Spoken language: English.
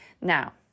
Now